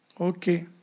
Okay